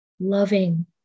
loving